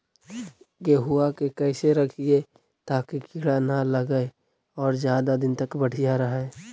गेहुआ के कैसे रखिये ताकी कीड़ा न लगै और ज्यादा दिन तक बढ़िया रहै?